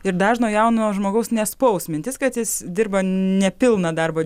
ir dažno jauno žmogaus nespaus mintis kad jis dirba nepilną darbo